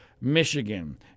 Michigan